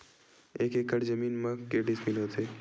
एक एकड़ जमीन मा के डिसमिल होथे?